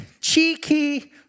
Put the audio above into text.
cheeky